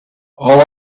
all